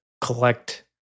collect